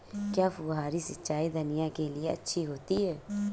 क्या फुहारी सिंचाई धनिया के लिए अच्छी होती है?